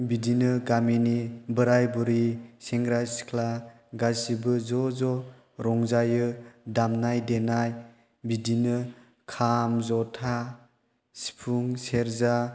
बिब्दिनो गामिनि बोराय बुरै सेंग्रा सिख्ला गासैबो ज' ज' रंजायो दामनाय देनाय बिदिनो खाम जथा सिफुं सेरजा